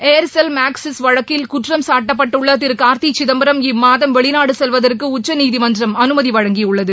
Aircel Maxis வழக்கில் குற்றம்சாட்டப்பட்டுள்ள திரு கார்த்தி சிதம்பரம் இம்மாதம் வெளிநாடு செல்வதற்கு உச்சநீதிமன்றம் அனுமதி வழங்கியுள்ளது